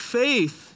faith